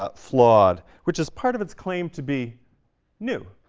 ah flawed which is part of its claim to be new,